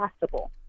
possible